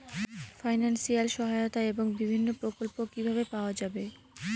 Financial সহায়তা এবং বিভিন্ন প্রকল্প কিভাবে পাওয়া যাবে?